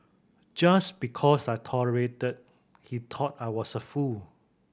just because I tolerated he thought I was a fool